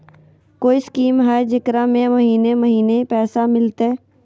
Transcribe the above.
कोइ स्कीमा हय, जेकरा में महीने महीने पैसा मिलते?